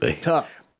tough